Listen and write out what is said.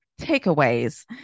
takeaways